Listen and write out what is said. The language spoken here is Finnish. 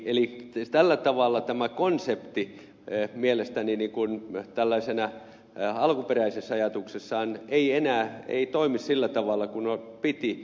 eli tällä tavalla tämä konsertti ei mielestäni nyt kun ne tälläisenä konsepti alkuperäisessä ajatuksessaan ei mielestäni toimi sillä tavalla kuin piti